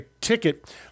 ticket